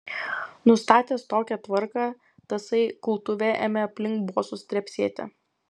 nustatęs tokią tvarką tasai kultuvė ėmė aplink bosus trepsėti